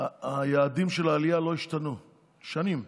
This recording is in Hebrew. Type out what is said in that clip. היעדים של העלייה לא השתנו שנים.